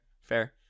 fair